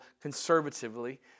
conservatively